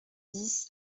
dix